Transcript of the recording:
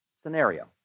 scenario